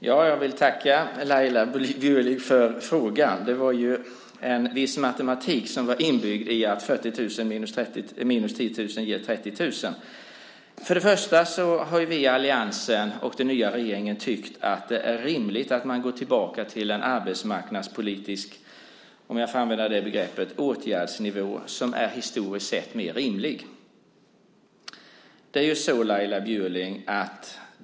Fru talman! Tack för frågan. Det var en viss matematik inbyggd i att 40 000 minus 10 000 ger 30 000. Vi i alliansen och den nya regeringen har tyckt att det är rimligt att man går tillbaka till en arbetsmarknadspolitisk åtgärdsnivå som historiskt sett är mer rimlig.